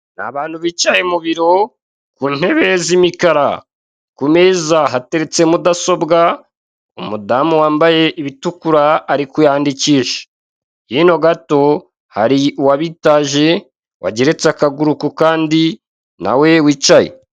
Ni abantu bicaye mu biro, ku ntebe z'imikara. Ku meza hateretse mudasobwa, umudamu wambaye ibitukura ari kuyandikisha. Hino gato hari uwabitaje, wageretse akaguru ku kandi, na we wicaye.